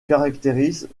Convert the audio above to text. caractérise